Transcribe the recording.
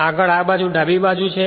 આગળ આ બાજુ ડાબી બાજુ છે